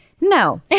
No